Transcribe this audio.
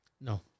no